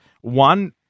One